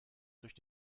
durch